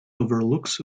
overlooks